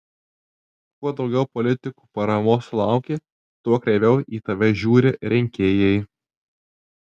kuo daugiau politikų paramos sulauki tuo kreiviau į tave žiūri rinkėjai